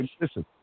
Listen